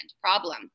problem